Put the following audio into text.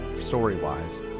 story-wise